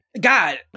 God